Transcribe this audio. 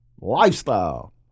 lifestyle